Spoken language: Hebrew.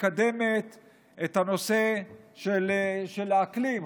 שמקדמת את הנושא של האקלים,